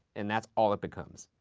and that's all it becomes.